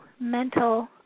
mental